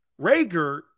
Rager